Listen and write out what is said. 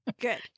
good